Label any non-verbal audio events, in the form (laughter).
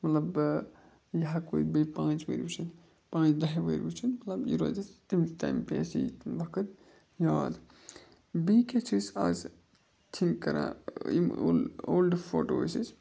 مطلب یہِ ہٮ۪کو أسۍ بیٚیہِ پانٛژھِ وٕہٕرۍ وٕچھِتھ پانٛژھِ دَہہِ ؤہٕرۍ وٕچھِتھ مطلب یہِ روزِ اَسہِ تِم تَمہِ (unintelligible) اَسہِ یہِ وقت یاد بیٚیہِ کیٛاہ چھِ أسۍ آز تھِنٛک کَران یِم اول اولڈٕ فوٹو ٲسۍ اَسہِ